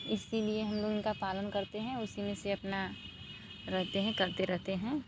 इसी लिए हम लोग उनका पालन करते हैं उसी में से अपना रहते हैं करते रहते हैं